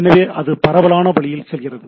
எனவே அது பரவலான வழியில் செல்கிறது